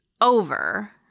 over